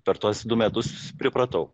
per tuos du metus pripratau